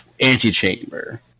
Antichamber